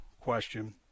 question